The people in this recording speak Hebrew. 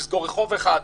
לסגור רחוב אחד.